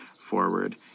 forward